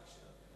רק שנייה,